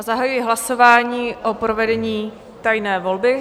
Zahajuji hlasování o provedení tajné volby.